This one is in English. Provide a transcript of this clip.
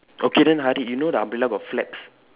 okay then Harid you know the umbrella got flags